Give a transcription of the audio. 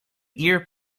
ear